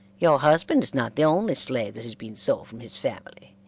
your husband is not the only slave that has been sold from his family,